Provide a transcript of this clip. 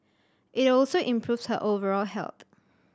it also improves her overall health